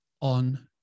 on